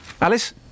Alice